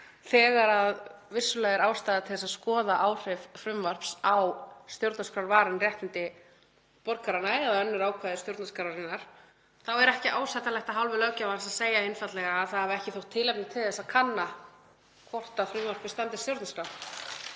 þegar vissulega er ástæða til að skoða áhrif frumvarps á stjórnarskrárvarin réttindi borgaranna eða önnur ákvæði stjórnarskrárinnar er ekki ásættanlegt af hálfu löggjafans að segja einfaldlega að ekki hafi þótt tilefni til að kanna hvort frumvarpið standist stjórnarskrá.